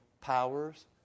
Powers